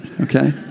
Okay